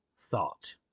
thought